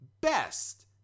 best